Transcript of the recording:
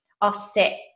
offset